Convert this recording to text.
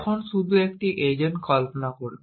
এখন শুধু একটি এজেন্ট কল্পনা করুন